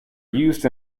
used